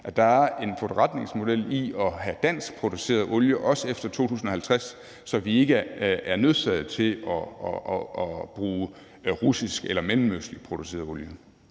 at der er en forretningsmodel i at have danskproduceret olie, også efter 2050, så vi ikke er nødsaget til at bruge olie produceret i